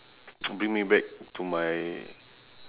bring me back to my